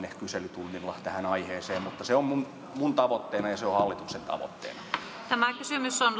kyselytunnilla tähän aiheeseen mutta se on minun minun tavoitteenani ja se on